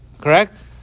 Correct